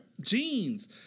Jeans